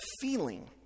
feeling